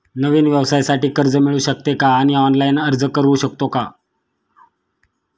नवीन व्यवसायासाठी कर्ज मिळू शकते का आणि ऑनलाइन अर्ज करू शकतो का?